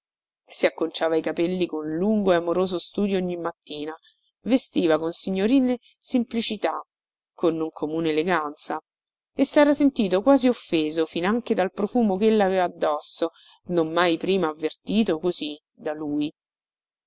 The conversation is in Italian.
si acconciava i capelli con lungo e amoroso studio ogni mattina vestiva con signorile semplicità con non comune eleganza e sera sentito quasi offeso finanche dal profumo chella aveva addosso non mai prima avvertito così da lui